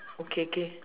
okay K